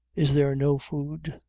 is there no food?